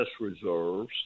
reserves